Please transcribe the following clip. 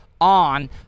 on